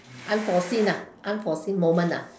unforeseen ah unforeseen moment ah